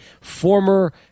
former